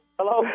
Hello